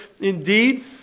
Indeed